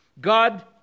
God